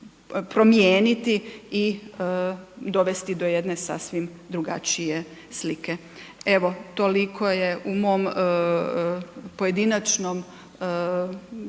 promijeniti i dovesti do jedne sasvim drugačije slike. Evo, toliko je u mom pojedinačnom